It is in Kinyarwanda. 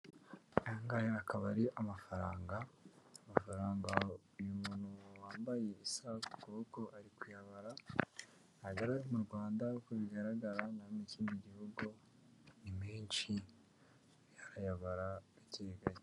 Aya ngaya akaba ari amafaranga uyu muntu wambaye isaha ku kuboko ari kuyabara ntabwo ari ayo mu Rwanda nk'uko bigaragara ni ayo mu kindi gihugu ni menshi arayabara gake gake.